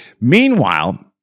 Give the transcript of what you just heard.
Meanwhile